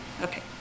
Okay